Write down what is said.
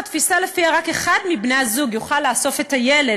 התפיסה שלפיה רק אחד מבני-הזוג יוכל לאסוף מוקדם את הילד